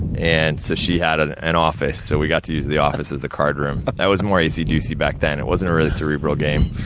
and so she had an an office, so we got to use the office as the card room. but it was more acey deucy back then, it wasn't a really cerebral game.